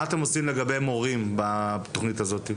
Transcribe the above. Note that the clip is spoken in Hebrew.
מה אתם עושים לגבי מורים בתכנית הזאת?